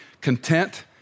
content